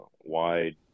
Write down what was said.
wide